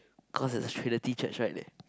cause there's trinity church right there